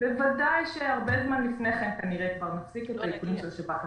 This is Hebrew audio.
בוודאי שהרבה זמן לפני כן כנראה נפסיק את האיכונים של השב"כ.